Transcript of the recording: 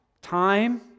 Time